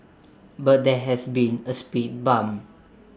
but there has been A speed bump